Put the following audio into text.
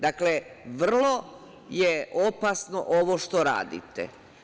Dakle, vrlo je opasno ovo što radite.